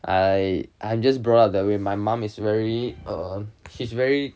I I'm just brought up that way my mum is very err she's very